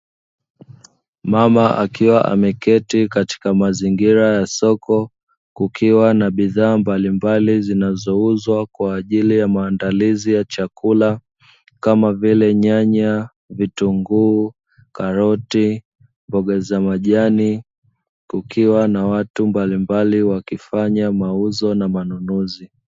Mama akiwa ameketi katika mazingira ya soko, kukiwa na bidhaa mbalimbali zinazouzwa kwa ajili ya maandalizi ya chakula, kama vile: nyanya, vitunguu, karoti, mboga za majani. Kukiwa na watu mbalimbali wakifanya mauzo na manunuzi.